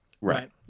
Right